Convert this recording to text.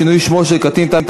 שינוי שמו של קטין),